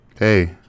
Hey